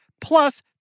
plus